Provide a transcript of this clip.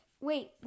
wait